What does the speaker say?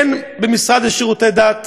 הן במשרד לשירותי דת,